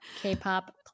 K-pop